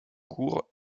cour